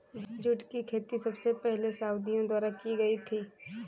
jute की खेती सबसे पहले यहूदियों द्वारा की गयी थी